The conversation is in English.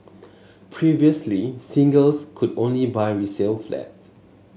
previously singles could only buy resale flats